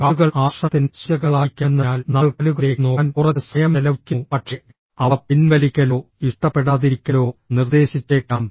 കാലുകൾ ആകർഷണത്തിന്റെ സൂചകങ്ങളായിരിക്കാമെന്നതിനാൽ നമ്മൾ കാലുകളിലേക്ക് നോക്കാൻ കുറച്ച് സമയം ചെലവഴിക്കുന്നു പക്ഷേ അവ പിൻവലിക്കലോ ഇഷ്ടപ്പെടാതിരിക്കലോ നിർദ്ദേശിച്ചേക്കാം